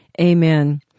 Amen